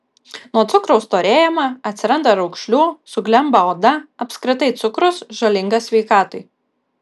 nuo cukraus storėjama atsiranda raukšlių suglemba oda apskritai cukrus žalingas sveikatai